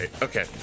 Okay